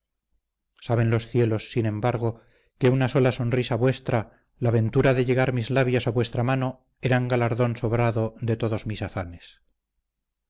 saben los cielos sin embargo que una sola sonrisa vuestra la ventura de llegar mis labios a vuestra mano eran galardón sobrado de todos mis afanes